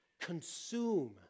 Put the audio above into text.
consume